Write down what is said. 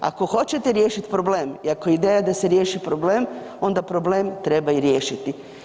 Ako hoćete riješiti problem i ako je ideja da se riješi problem, onda problem treba i riješiti.